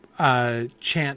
Chant